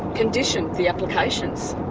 conditioned the applications.